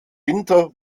winter